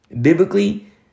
Biblically